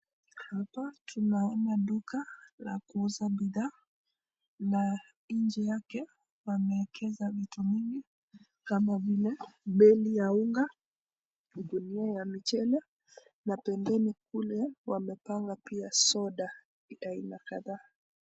Hapa tunaona duka la kuuza bidhaa na nje yake, wamewekeza vitu mingi kama vile, beli ya unga, gunia ya michele na pembeni kule wamepanga pia soda ya aina kadhaa.